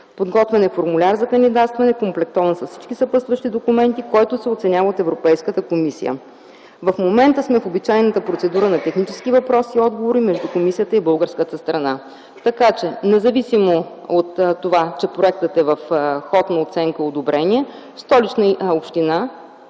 Подготвен е формуляр за кандидатстване, комплектован с всички съпътстващи документи, който се оценява от Европейската комисия. В момента сме в обичайната процедура на технически въпроси и отговори между Комисията и българската страна, така че независимо от това, че проектът е в ход на оценка и одобрение, Столична община,